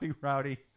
Rowdy